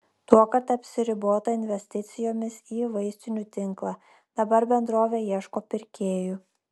tuokart apsiribota investicijomis į vaistinių tinklą dabar bendrovė ieško pirkėjų